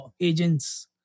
agents